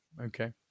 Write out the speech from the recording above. Okay